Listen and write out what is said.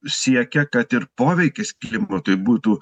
siekia kad ir poveikis klimatui būtų